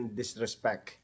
disrespect